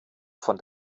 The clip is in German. von